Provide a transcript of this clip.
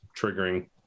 triggering